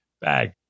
bag